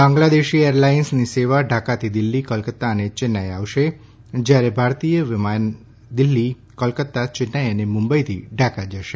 બાંગ્લાદેશી એરલાઇન્સની સેવા ઢાકાથી દિલ્હી કોલકત્તા અને ચેન્નાઇ આવશે જ્યારે ભારતીય વિમાન દિલ્ફી કોલકત્તા ચેન્નાઇ અને મુંબઇથી ઢાકા જશે